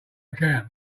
account